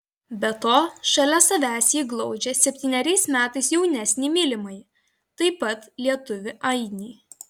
be to šalia savęs ji glaudžia septyneriais metais jaunesnį mylimąjį taip pat lietuvį ainį